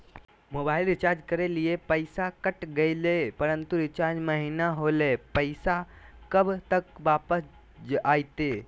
Mobile recharge के लिए पैसा कट गेलैय परंतु रिचार्ज महिना होलैय, पैसा कब तक वापस आयते?